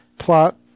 plot